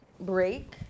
break